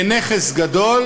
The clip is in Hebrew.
נכס גדול